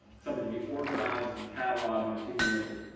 something to be organized, cataloged, and accumulated.